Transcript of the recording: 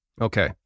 Okay